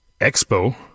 Expo